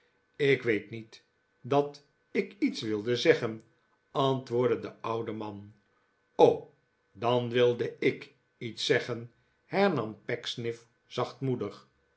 ik weet niet dat ik iets wilde zeggen antwoordde de oude man dan wilde ik iets zeggen hernam